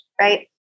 right